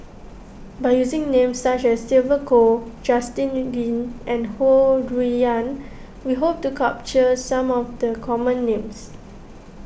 by using names such as Sylvia Kho Justin Lean and Ho Rui An we hope to capture some of the common names